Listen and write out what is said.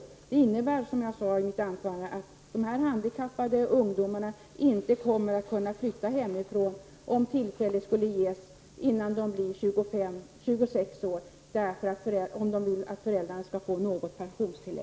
Detta innebär, som jag sade i mitt anförande, att de handikappade ungdomarna, om de vill att föräldrarna skall få ett pensionstillägg, inte kommer att kunna flytta hemifrån, om tillfälle skulle ges, förrän de blir 26 år gamla.